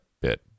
bit